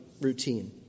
routine